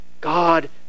God